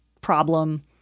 problem